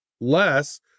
less